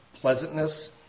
pleasantness